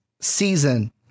season